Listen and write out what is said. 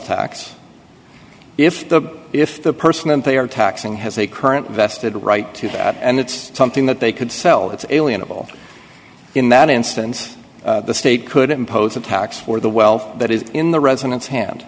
tax if the if the person in play or taxing has a current vested right to that and it's something that they could sell it alienable in that instance the state could impose a tax for the wealth that is in the residents hand